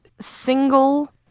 single